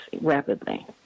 rapidly